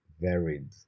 varied